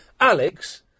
Alex